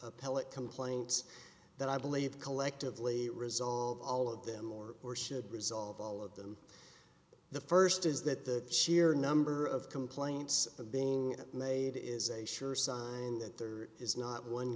ppellate complaints that i believe collectively resolved all of them or or should resolve all of them the first is that the sheer number of complaints being made is a sure sign that there is not one